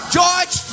George